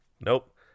Nope